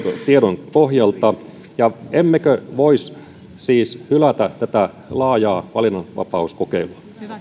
tiedon pohjalta ja emmekö voisi siis hylätä tätä laajaa valinnanvapauskokeilua